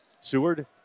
Seward